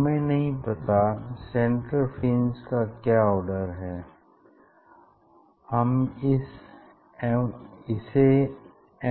हमें नहीं पता सेन्ट्रल फ्रिंज का क्या आर्डर है हम इसे